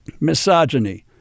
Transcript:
misogyny